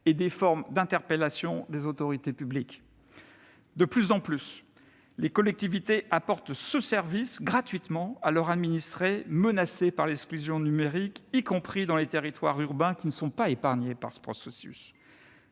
et des formes d'interpellation des autorités publiques. De plus en plus, les collectivités apportent gratuitement ce service à leurs administrés menacés par l'exclusion numérique, y compris dans les territoires urbains, qui ne sont pas épargnés par un tel processus.